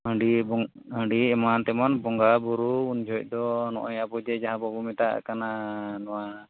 ᱦᱟᱺᱰᱤ ᱦᱟᱺᱰᱤ ᱮᱢᱟᱱ ᱛᱮᱢᱟᱱ ᱵᱚᱸᱜᱟᱵᱩᱨᱩ ᱩᱱ ᱡᱚᱦᱚᱜᱫᱚ ᱦᱚᱸᱜᱼᱚᱭ ᱟᱵᱚ ᱡᱮ ᱡᱟᱦᱟᱸ ᱟᱵᱚᱵᱚ ᱢᱮᱛᱟᱜ ᱠᱟᱱᱟ ᱱᱚᱣᱟ